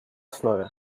основе